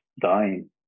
dying